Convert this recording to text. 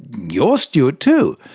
you're stuart too.